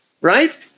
right